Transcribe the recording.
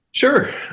Sure